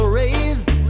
raised